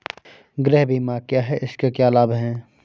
गृह बीमा क्या है इसके क्या लाभ हैं?